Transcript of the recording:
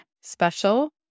special